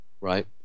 Right